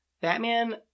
Batman